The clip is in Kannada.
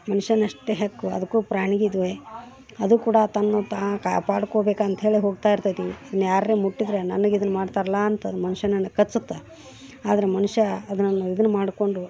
ಮನುಷ್ಯನಷ್ಟೇ ಹಕ್ಕು ಅದಕ್ಕೂ ಪ್ರಾಣಿಗಿದಾವೆ ಅದು ಕೂಡಾ ತನ್ನ ತಾ ಕಾಪಾಡ್ಕೋಬೇಕಂತ್ಹೇಳಿ ಹೋಗ್ತಾಯಿರ್ತದೆ ಇನ್ಯಾರೇ ಮುಟ್ಟಿದ್ರು ನನಗಿದನ್ನು ಮಾಡ್ತಾರಲಾ ಅಂತ ಮನುಷ್ಯನ ಕಚ್ಚುತ್ತೆ ಆದರೆ ಮನುಷ್ಯಾ ಅದನೆಲ್ಲ ಇದನ್ನು ಮಾಡಿಕೊಂಡು